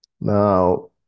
Now